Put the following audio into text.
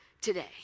today